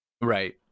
Right